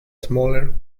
smaller